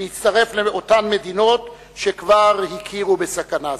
להצטרף לאותן מדינות שכבר הכירו בסכנה זו.